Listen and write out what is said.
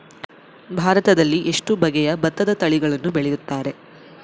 ಭಾರತದಲ್ಲಿ ಎಷ್ಟು ಬಗೆಯ ಭತ್ತದ ತಳಿಗಳನ್ನು ಬೆಳೆಯುತ್ತಾರೆ?